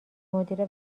مدیره